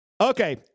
Okay